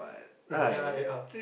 ya ya